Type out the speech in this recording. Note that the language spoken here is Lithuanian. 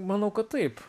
manau kad taip